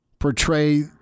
Portray